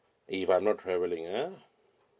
if I'm not travelling ah